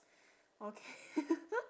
ok~